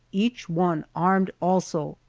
each one armed also.